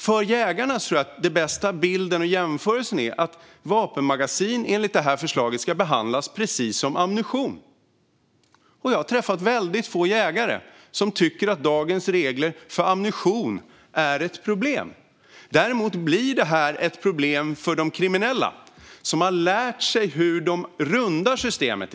För jägarna tror jag att den bästa bilden och jämförelsen är att vapenmagasin enligt förslaget ska behandlas precis som ammunition. Jag har träffat väldigt få jägare som tycker att dagens regler för ammunition är ett problem. Däremot blir detta ett problem för de kriminella, som i dag har lärt sig hur man rundar systemet.